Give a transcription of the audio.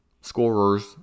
scorers